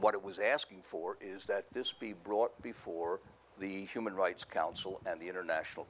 what it was asking for is that this be brought before the human rights council and the international